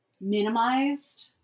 minimized